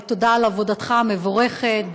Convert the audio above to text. תודה על עבודתך המבורכת,